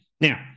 Now